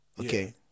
okay